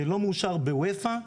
לא מאושר באופ"א.